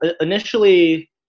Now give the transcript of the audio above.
initially